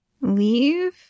leave